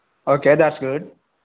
okay thats good